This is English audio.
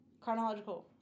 Chronological